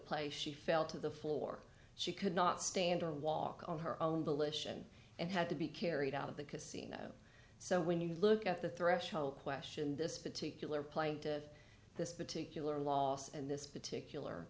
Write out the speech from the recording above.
place she fell to the floor she could not stand or walk on her own bullish and and had to be carried out of the casino so when you look at the threshold question this particular plaintive this particular loss and this particular